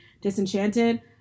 disenchanted